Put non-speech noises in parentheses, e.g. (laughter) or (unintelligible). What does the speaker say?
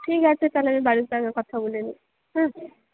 ঠিক আছে তাহলে আমি বাড়ির সঙ্গে কথা বলে নিই (unintelligible)